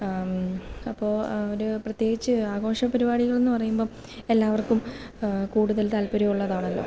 അപ്പോള് അവര് പ്രത്യേകിച്ച് ആഘോഷ പരിപാടികളെന്ന് പറയുമ്പോള് എല്ലാവർക്കും കൂടുതൽ താൽപ്പര്യമുള്ളതാണല്ലോ